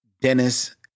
Dennis